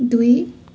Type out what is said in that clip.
दुई